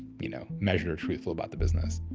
you know, measured or truthful about the business.